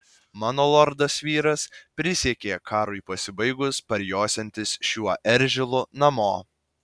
mano lordas vyras prisiekė karui pasibaigus parjosiantis šiuo eržilu namo